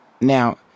Now